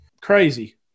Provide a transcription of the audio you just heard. crazy